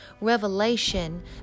Revelation